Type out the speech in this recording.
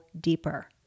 deeper